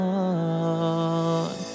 on